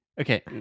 Okay